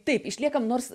taip išliekam nors